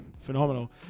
Phenomenal